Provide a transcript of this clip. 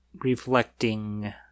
reflecting